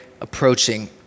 approaching